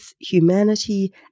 humanity